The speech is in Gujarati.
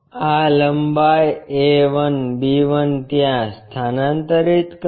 આ લંબાઈ a 1 b 1 ત્યાં સ્થાનાંતરિત કરો